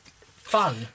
fun